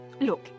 Look